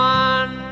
one